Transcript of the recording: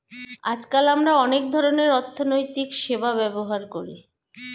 আজকাল আমরা অনেক ধরনের অর্থনৈতিক সেবা ব্যবহার করি